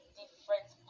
different